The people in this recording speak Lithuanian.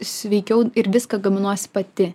sveikiau ir viską gaminuosi pati